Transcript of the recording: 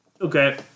Okay